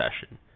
session